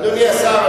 אדוני השר,